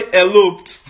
eloped